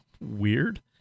Weird